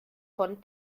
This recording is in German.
von